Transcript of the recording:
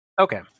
Okay